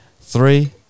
Three